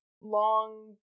long